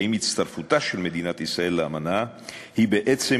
ועם הצטרפותה של מדינת ישראל לאמנה היא בעצם